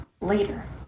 later